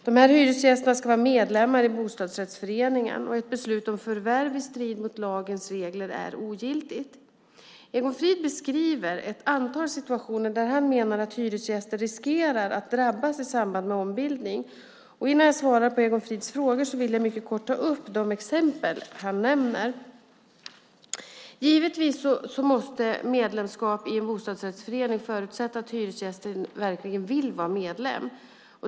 Dessa hyresgäster ska vara medlemmar i bostadsrättsföreningen. Ett beslut om förvärv i strid med lagens regler är ogiltigt. Egon Frid beskriver ett antal situationer där han menar att hyresgäster riskerar att drabbas i samband med ombildning. Innan jag besvarar Egon Frids frågor vill jag mycket kort ta upp de exempel han nämner. Givetvis måste medlemskap i en bostadsrättsförening förutsätta att hyresgästen verkligen vill vara medlem.